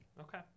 Okay